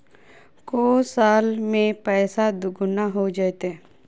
को साल में पैसबा दुगना हो जयते?